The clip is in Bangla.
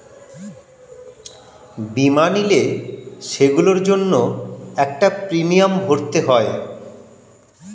বীমা নিলে, সেগুলোর জন্য একটা প্রিমিয়াম ভরতে হয়